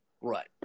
Right